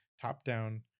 top-down